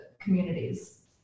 communities